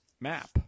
map